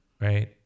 right